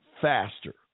faster